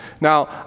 Now